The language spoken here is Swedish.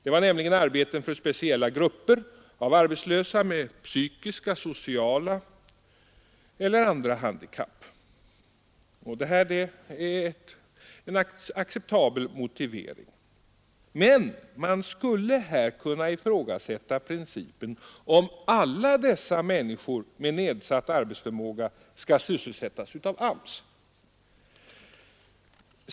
Det var nämligen arbeten för speciella grupper av arbetslösa med psykiska, sociala eller andra handikapp. Det är en acceptabel motivering. Men man skulle kunna ifrågasätta om alla dessa människor med nedsatt arbetsförmåga skall sysselsättas av AMS.